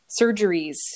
surgeries